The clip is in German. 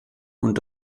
und